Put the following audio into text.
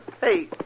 Hey